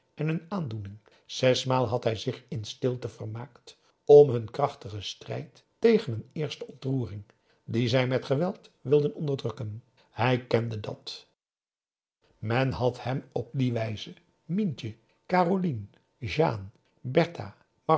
en hun aandoening zesmaal had hij zich in stilte vermaakt om hun krachtigen strijd tegen een eerste ontroering die zij met geweld wilden onderdrukken hij kende dat men had hem op die wijze mientje carolien jeanne bertha